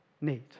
need